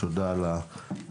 תודה על העשייה.